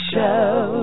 Show